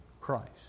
Christ